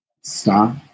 stop